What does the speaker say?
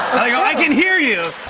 i can hear you!